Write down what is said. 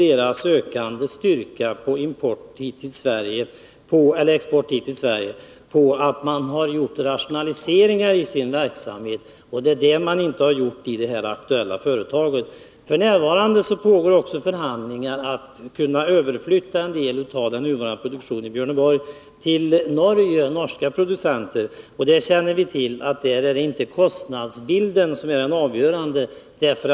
Deras ökande styrka i fråga om export hit till Sverige beror på att de har gjort rationaliseringar i sin verksamhet, och det är detta man inte har gjort i det här aktuella företaget. F. n. pågår också förhandlingar om att överflytta en del av den nuvarande produktionen i Björneborg till norska producenter, och vi känner till att det inte är kostnadsbilden som är avgörande i det sammanhanget.